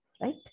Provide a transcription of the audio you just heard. right